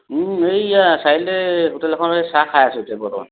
এইয়া চাৰিআলিতে হোটেল এখনত এই চাহ খাই আছো এতিয়া বৰ্তমান